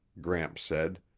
gramps said.